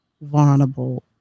vulnerable